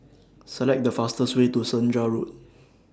Select The fastest Way to Senja Road